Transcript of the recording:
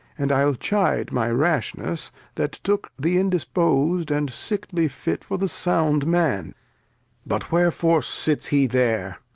and i'u chide my rashness that took the indispos'd and sickly fit for the sound man but wherefore sits he there?